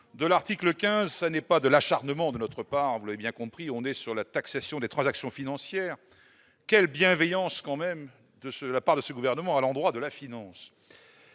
de l'article 15 ce n'est pas de l'acharnement de notre part bien compris, on est sur la taxation des transactions financières quelle bienveillance quand même de ce la part de ce gouvernement à l'endroit de la finance.